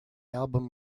album